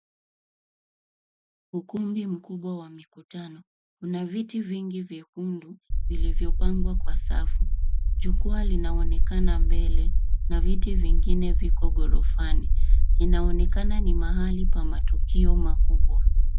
Ukumbi mkubwa wa mikutano. Kuna viti vingi vyekundu vilivyopangwa kwa safu. Jukwaa linaonekana mbele na viti vingine viko ghorofani. Inaonekana ni mahali pa matukio makubwa.